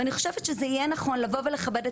ואני חושבת שזה יהיה נכון לבוא ולכבד את